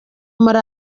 muri